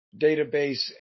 database